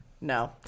No